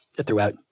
throughout